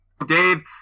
Dave